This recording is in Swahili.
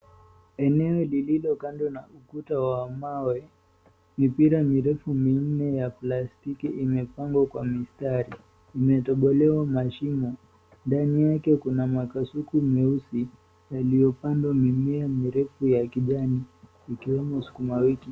Eneo lililo kando na ukuta wa mawe, mipira mirefu minne ya plastiki imefungwa kwa mistari, imetobolewa mashimo, ndani yake kuna makasuku meusi yaliyopandwa mimea mirefu ya kijani ikiwemo sukuma wiki.